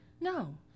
No